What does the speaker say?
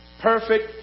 perfect